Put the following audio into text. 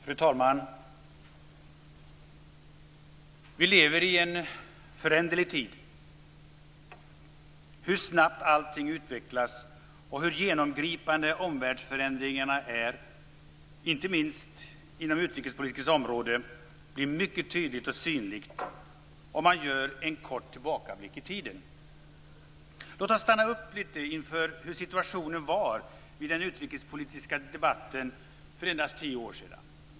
Fru talman! Vi lever i en föränderlig tid. Hur snabbt allting utvecklas och hur genomgripande omvärldsförändringarna är, inte minst inom utrikespolitikens område, blir mycket tydligt och synligt om man gör en kort tillbakablick i tiden. Låt oss stanna upp litet grand inför hur situationen var vid den utrikespolitiska debatten för endast tio år sedan.